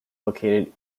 located